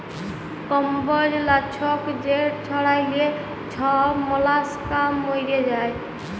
কম্বজ লাছক যেট ছড়াইলে ছব মলাস্কা মইরে যায়